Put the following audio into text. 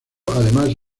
además